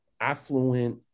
affluent